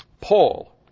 Paul